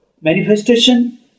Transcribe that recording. manifestation